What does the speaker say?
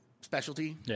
specialty